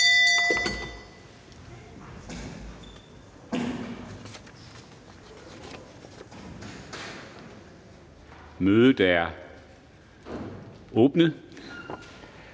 Mødet er åbnet.